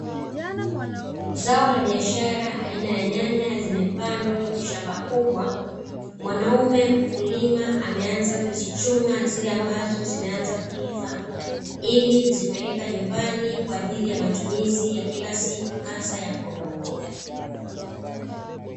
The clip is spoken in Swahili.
Zao la biashara aina ya nyanya zimepandwa kwenye shamba kubwa, mwanaume mkulima ameanza kuzichuma zile ambazo zimeanza kuiva, ili kuzipeleka nyumbani kwa ajili ya matumizi ya kila siku hasa ya mbogamboga.